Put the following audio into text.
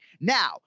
Now